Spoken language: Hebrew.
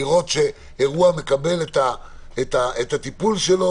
לראות שאירוע מקבל את הטיפול שלו.